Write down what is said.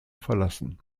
verlassen